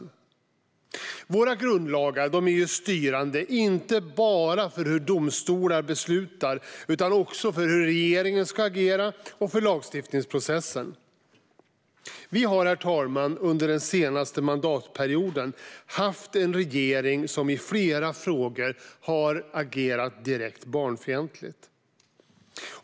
Sveriges grundlagar är styrande inte bara för hur domstolar beslutar utan också för hur regeringen ska agera och för lagstiftningsprocessen. Vi har, herr talman, under den senaste mandatperioden haft en regering som i flera frågor har agerat direkt barnfientligt.